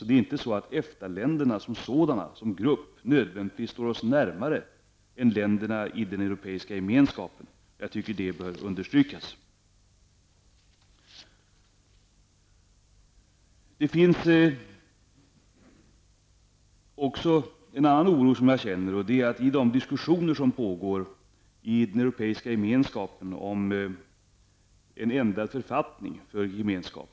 Det är inte så att EFTA-länderna som grupp står oss närmare än länderna i den Europeiska gemenskapen. Jag tycker att det bör understrykas. Jag känner en oro för de diskussioner som pågår i den Europeiska gemenskapen om en ändrad författning för denna.